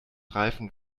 reifen